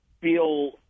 feel